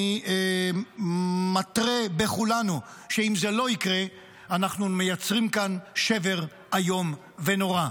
אני מתרה בכולנו שאם זה לא יקרה אנחנו מייצרים כאן שבר איום ונורא.